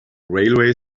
railway